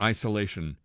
Isolation